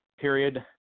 period